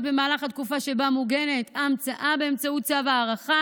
במהלך התקופה שבה מוגנת המצאה באמצעות צו הארכה,